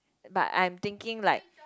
but I am thinking like